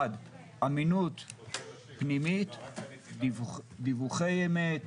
מצד אחד אמינות פנימית, דיווחי אמת,